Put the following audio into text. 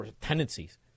tendencies